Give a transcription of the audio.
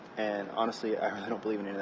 and honestly, i really don't believe in yeah